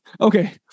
okay